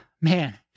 man